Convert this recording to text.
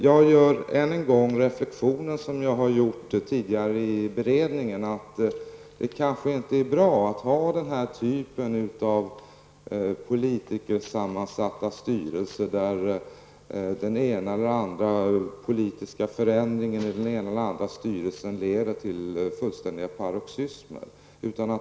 Jag gör än en gång samma reflexion jag gjort tidigare vid beredningen: det kanske inte är bra att ha den här typen av politikersammansatta styrelser där olika politiska förändringar i den ena eller andra styrelsen leder till fullständiga paroxysmer.